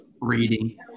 reading